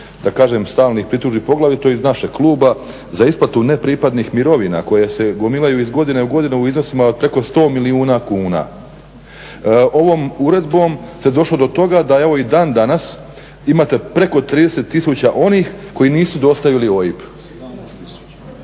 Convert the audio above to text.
da kažem stalnih pritužbi poglavito iz našeg kluba za isplatu nepripradnih mirovina koje se gomilaju iz godine u godinu u iznosima preko 100 milijuna kuna. Ovom uredbom se došlo do toga da evo i dan danas imate preko 30 tisuća onih koji nisu dostavili OIB. …/Upadica: